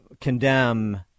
condemn